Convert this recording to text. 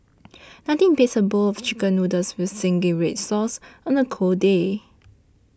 nothing beats a bowl of Chicken Noodles with Zingy Red Sauce on a cold day